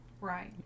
Right